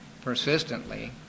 persistently